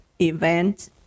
event